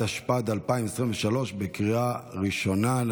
התשפ"ד 2023, בקריאה ראשונה.